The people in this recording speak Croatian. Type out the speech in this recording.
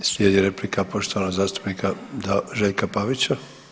Slijedi replika poštovanog zastupnika Željka Pavića.